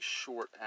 short